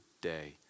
day